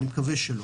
אני מקווה שלא.